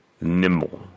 nimble